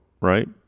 right